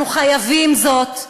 אנחנו חייבים זאת,